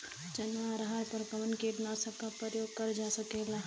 चना अरहर पर कवन कीटनाशक क प्रयोग कर जा सकेला?